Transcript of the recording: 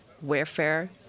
warfare